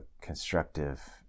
constructive